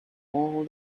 all